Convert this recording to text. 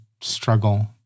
struggle